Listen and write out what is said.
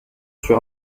sur